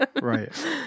Right